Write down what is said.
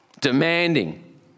demanding